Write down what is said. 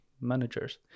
managers